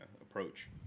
approach